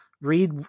read